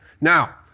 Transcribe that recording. now